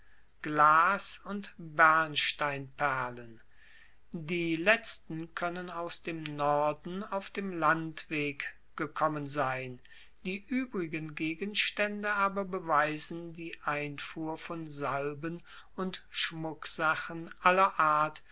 glas und bernsteinperlen die letzten koennen aus dem norden auf dem landweg gekommen sein die uebrigen gegenstaende aber beweisen die einfuhr von salben und schmucksachen aller art